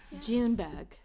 Junebug